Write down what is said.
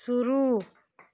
शुरू